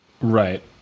right